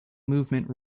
movement